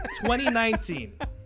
2019